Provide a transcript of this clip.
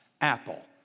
apple